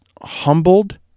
humbled